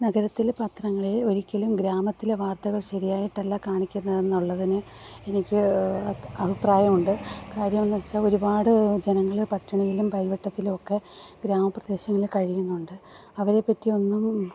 നഗരത്തിലെ പത്രങ്ങളിൽ ഒരിക്കലും ഗ്രാമത്തിലെ വാർത്തകൾ ശരിയായിട്ടല്ല കാണിക്കുന്നത് എന്നുള്ളതിന് എനിക്ക് അഭിപ്രായമുണ്ട് കാര്യമെന്നുവച്ചാല് ഒരുപാട് ജനങ്ങളഅ പട്ടിണിയിലും പരിവട്ടത്തിലുമൊക്കെ ഗ്രാമപ്രദേശങ്ങളിൽ കഴിയുന്നുണ്ട് അവരെ പറ്റിയൊന്നും